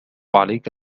عليك